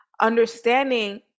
understanding